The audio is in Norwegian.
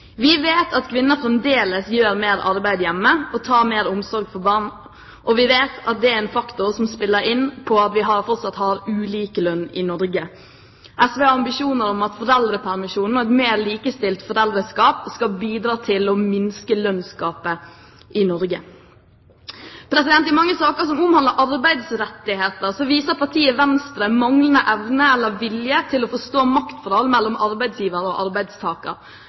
Vi vet at kvinner fremdeles gjør mer arbeid hjemme og tar mer omsorg for barn, og vi vet at det er en faktor som spiller inn med tanke på at vi fortsatt har ulikelønn i Norge. SV har ambisjoner om at foreldrepermisjonen og et mer likestilt foreldreskap skal bidra til å minske lønnsgapet i Norge. I mange saker som omhandler arbeidsrettigheter, viser partiet Venstre manglende evne eller vilje til å forstå maktforhold mellom arbeidsgiver og arbeidstaker,